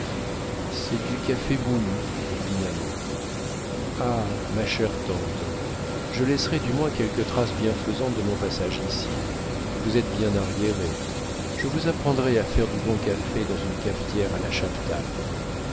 c'est du café boullu dit nanon ah ma chère tante je laisserai du moins quelque trace bienfaisante de mon passage ici vous êtes bien arriérés je vous apprendrai à faire du bon café dans une cafetière à la